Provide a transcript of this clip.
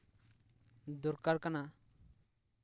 ᱫᱚᱨᱠᱟᱨ ᱠᱟᱱᱟ